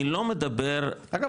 אני לא מדבר --- עזוב,